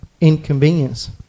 inconvenience